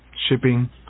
shipping